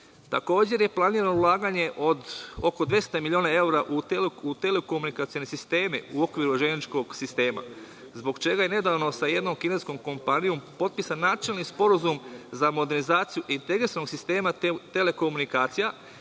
vozila. Takođe, planirano je ulaganje od oko 200.000.000 evra u telekomunikacione sisteme u okviru železničkog sistema, zbog čega je nedavno sa jednom kineskom kompanijom potpisan načelni sporazum za modernizaciju integrisanog sistema telekomunikacija,